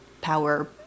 power